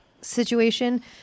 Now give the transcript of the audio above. situation